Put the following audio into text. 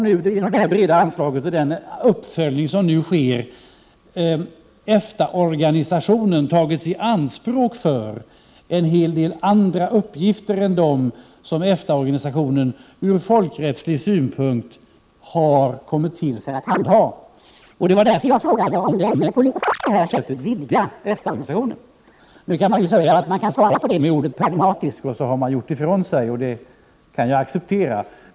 Genom det breda anslaget och den uppföljning som nu sker har EFTA-organisationen tagits i anspråk för en hel del andra uppgifter än de som EFTA-organisationen ur folkrättslig synpunkt har kommit till för att handha. Det var därför jag frågade om den politiska grunden för att på det här sättet vidga EFTA-organisationen. Man kan ju svara på det med ordet ”pragmatisk”, och så har man gjort ifrån sig. Det kan jag acceptera.